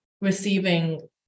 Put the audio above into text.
receiving